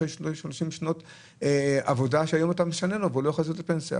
אחרי 30 שנות עבודה שהיום אתה משנה לו והוא לא יכול לצאת לפנסיה.